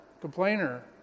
complainer